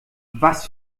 was